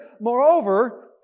Moreover